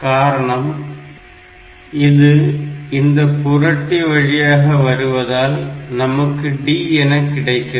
காரணம் இது இந்த புரட்டி வழியாக வருவதால் நமக்கு D என கிடைக்கிறது